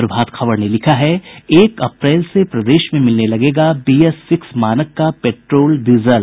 प्रभात खबर ने लिखा है एक अप्रैल से प्रदेश में मिलने लगेगा बीएस सिक्स मानक का पेट्रोल डीजल